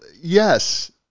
Yes